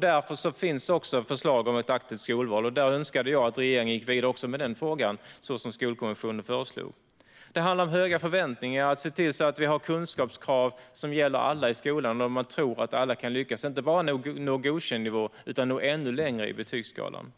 Därför finns det förslag om ett aktivt skolval, och jag skulle önska att regeringen gick vidare med den frågan, som Skolkommissionen föreslog. Det handlar om höga förväntningar, att se till att vi har kunskapskrav som gäller alla i skolan och att tro att alla kan lyckas nå inte bara godkänd nivå utan ännu längre i betygsskalan.